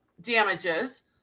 damages